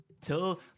Till